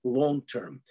long-term